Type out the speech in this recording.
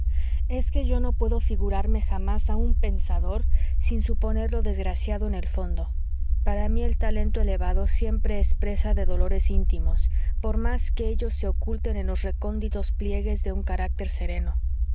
es que yo no puedo figurarme jamás a un pensador sin suponerlo desgraciado en el fondo para mí el talento elevado siempre es presa de dolores íntimos por más que ellos se oculten en los recónditos pliegues de un carácter sereno